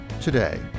today